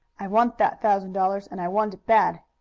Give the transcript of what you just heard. i want that thousand dollars, and i want it bad.